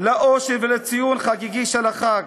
לאושר ולציון חגיגי של החג?